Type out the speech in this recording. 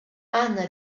anna